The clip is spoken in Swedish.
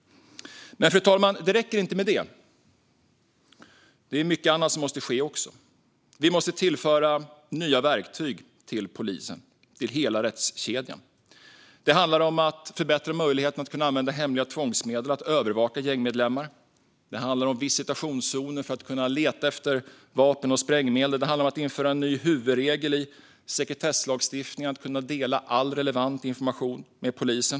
Men det räcker inte med det, fru talman. Det är även mycket annat som måste ske. Vi måste tillföra nya verktyg till polisen och till hela rättskedjan. Det handlar om att förbättra möjligheten att använda hemliga tvångsmedel och övervaka gängmedlemmar. Det handlar om att införa visitationszoner för att kunna leta efter vapen och sprängmedel. Det handlar om att införa en ny huvudregel i sekretesslagstiftningen för att kunna dela all relevant information med polisen.